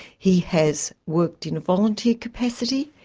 he has worked in a volunteer capacity,